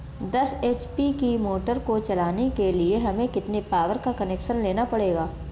दस एच.पी की मोटर को चलाने के लिए हमें कितने पावर का कनेक्शन लेना पड़ेगा?